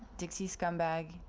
dixiescumbag,